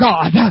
God